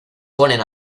ponen